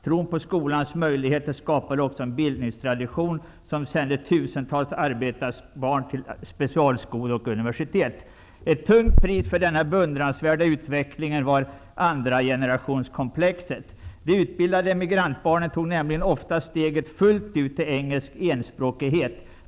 Tron på skolans möjligheter skapade också en bildningstradition som sände tusentals arbetarbarn till specialskolor och universitet. Ett tungt pris för denna beundransvärda utveckling var ''andragenerationskomplexet'. De utbildade emigrantbarnen tog nämligen ofta steget fullt ut till engelsk enspråkighet.